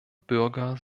bürger